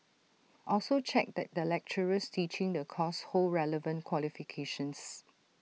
also check that the lecturers teaching the course hold relevant qualifications